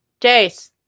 Jace